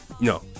No